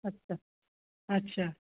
अच्छा अच्छा